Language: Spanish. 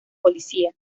policía